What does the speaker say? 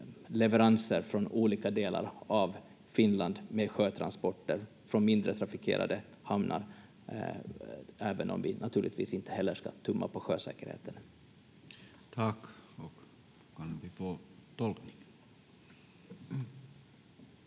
sjötransporter från olika delar av Finland, från mindre trafikerade hamnar, även om vi naturligtvis inte heller ska tumma på sjösäkerheten. [Tulkki esittää